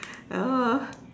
ya lor